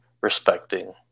respecting